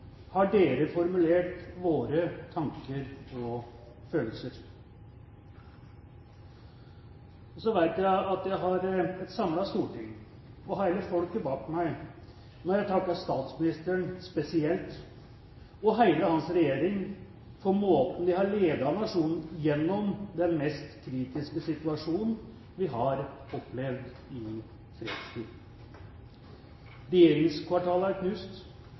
har dere formulert våre tanker og følelser. Jeg vet jeg har et samlet storting og hele folket bak meg når jeg takker statsministeren spesielt og hele hans regjering for måten de har ledet nasjonen på gjennom den mest kritiske situasjonen vi har opplevd i fredstid. Regjeringskvartalet er knust,